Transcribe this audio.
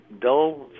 dull